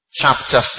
chapter